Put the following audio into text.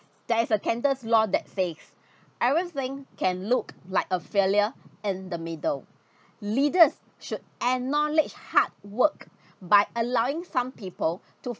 there is a tenders law that says everything can look like a failure and the middle leaders should acknowledge hard work but allowing some people to